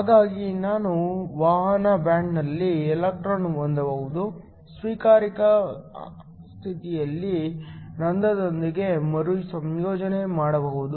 ಹಾಗಾಗಿ ನಾನು ವಹನ ಬ್ಯಾಂಡ್ನಲ್ಲಿ ಎಲೆಕ್ಟ್ರಾನ್ ಹೊಂದಬಹುದು ಸ್ವೀಕಾರಕ ಸ್ಥಿತಿಗಳಲ್ಲಿ ಹೋಲ್ ದೊಂದಿಗೆ ಮರುಸಂಯೋಜನೆ ಮಾಡಬಹುದು